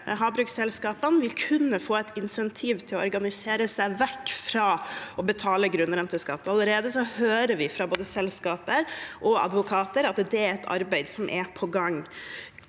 havbruksselskapene vil kunne få et insentiv til å organisere seg vekk fra å betale grunnrenteskatt. Allerede hører vi fra både selskaper og advokater at det er et arbeid som er på gang.